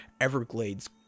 everglades